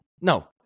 No